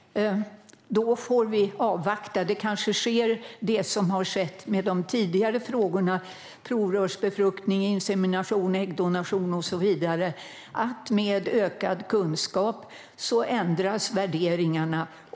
Fru talman! Då får vi avvakta. Det kanske sker som har skett med de tidigare frågorna om provrörsbefruktning, insemination, äggdonation och så vidare: att med ökad kunskap ändras värderingarna.